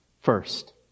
First